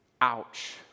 Ouch